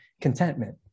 contentment